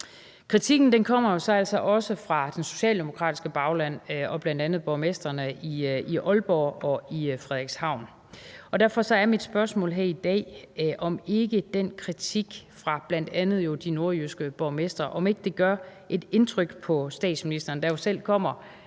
Kritikken kommer jo så altså også fra det socialdemokratiske bagland, bl.a. fra borgmestrene i Aalborg og i Frederikshavn. Derfor er mit spørgsmål her i dag, om ikke den kritik fra bl.a. de nordjyske borgmestre gør indtryk på statsministeren, der jo selv kommer